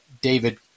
David